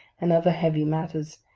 and other heavy matters,